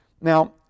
Now